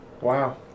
Wow